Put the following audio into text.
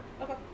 Okay